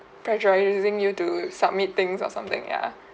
pressure or using you to submit things or something ya